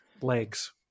legs